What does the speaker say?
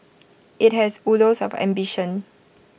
IT has oodles of ambition